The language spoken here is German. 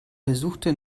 versuchte